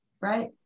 right